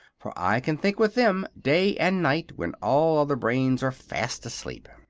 for i can think with them day and night, when all other brains are fast asleep.